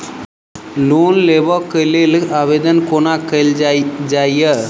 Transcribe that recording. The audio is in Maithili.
लोन लेबऽ कऽ लेल आवेदन कोना कैल जाइया?